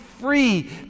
free